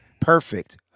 perfect